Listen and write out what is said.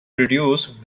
reduce